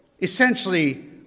essentially